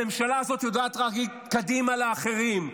הממשלה הזאת יודעת רק להגיד קדימה לאחרים,